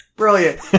Brilliant